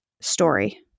story